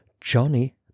Johnny